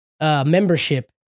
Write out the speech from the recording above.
membership